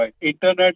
Internet